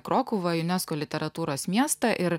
krokuvą unesco literatūros miestą ir